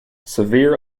severe